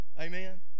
Amen